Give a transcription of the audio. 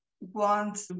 want